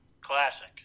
Classic